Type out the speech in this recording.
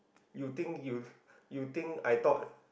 you think you you think I thought